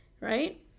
Right